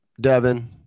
Devin